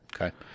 Okay